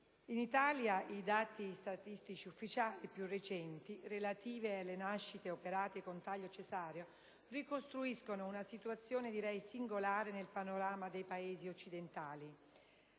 In Italia i dati statistici ufficiali più recenti, relativi alle nascite operate con taglio cesareo, ricostruiscono una situazione singolare nel panorama dei Paesi occidentali.